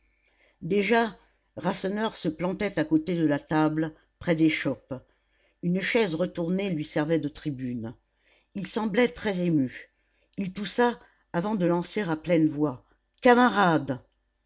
déjà rasseneur se plantait à côté de la table près des chopes une chaise retournée lui servait de tribune il semblait très ému il toussa avant de lancer à pleine voix camarades